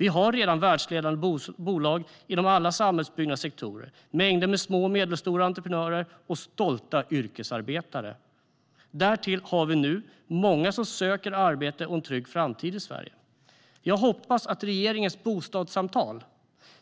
Vi har redan världsledande bolag inom alla samhällsbyggnadssektorer, mängder med små och medelstora entreprenörer och stolta yrkesarbetare. Därtill har vi nu många som söker arbete och en trygg framtid i Sverige. Jag hoppas att regeringens bostadssamtal